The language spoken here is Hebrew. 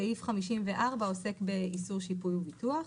סעיף 54 עוסק באיסור שיפוי וביטוח.